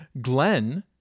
Glenn